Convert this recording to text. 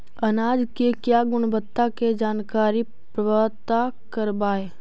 अनाज मे क्या गुणवत्ता के जानकारी पता करबाय?